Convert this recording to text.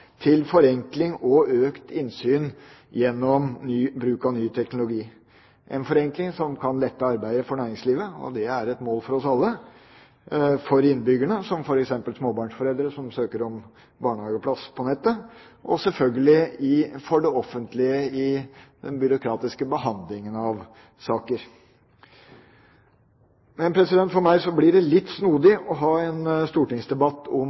forenkling og økt innsyn gjennom bruk av ny teknologi – en forenkling som kan lette arbeidet for næringslivet, og det er et mål for oss alle, for innbyggerne, som f.eks. småbarnsforeldre som søker om barnehageplass på nettet, og selvfølgelig for det offentlige i den byråkratiske behandlingen av saker. For meg blir det litt snodig å ha en stortingsdebatt om